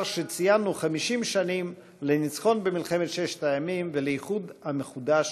שציינו 50 שנים לניצחון במלחמת ששת הימים ולאיחוד המחודש